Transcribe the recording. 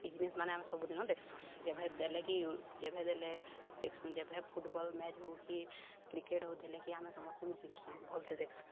ଏଇ ଜିନଷ୍ମାନେ ଆମେ ସବୁଦିନ ଦେଖ୍ସୁଁ ଯେବେ ଦେଲେ କିୟ ଯେବେ ଦେଲେ ଦେଖସୁଁ ଯେବେ ଫୁଟବଲ୍ ମ୍ୟାଚ୍ ହଉ କି କ୍ରିକେଟ୍ ହଉ ଦେଲେ କି ଆମେ ସମସ୍ତେ ମିଶିକି ଭଲସେ ଦେଖସୁଁ